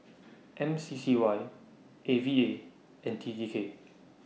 M C C Y A V A and T T K